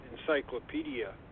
encyclopedia